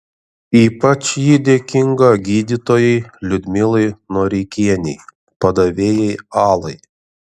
ypač ji dėkinga gydytojai liudmilai noreikienei padavėjai alai